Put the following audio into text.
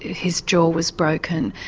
his jaw was broken.